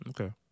Okay